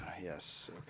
Yes